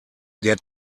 der